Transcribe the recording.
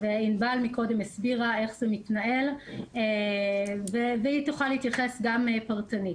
וענבל הסבירה קודם כיצד זה מתנהל והיא תוכל להתייחס גם פרטנית.